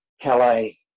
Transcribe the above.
Calais